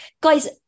guys